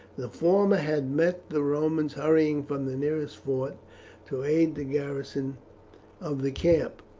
the former had met the romans hurrying from the nearest fort to aid the garrison of the camp.